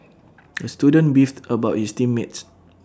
the student beefed about his team mates